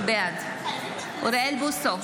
בעד אוריאל בוסו,